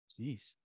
Jeez